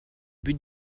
but